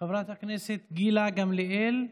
חברת הכנסת גילה גמליאל,